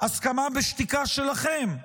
הסכמה בשתיקה שלכם,